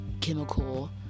chemical